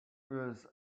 was